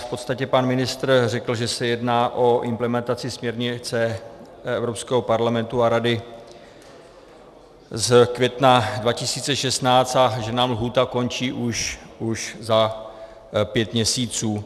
V podstatě pan ministr řekl, že se jedná o implementaci směrnice Evropského parlamentu a Rady z května 2016 a že nám lhůta končí už za pět měsíců.